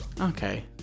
Okay